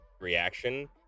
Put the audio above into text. reaction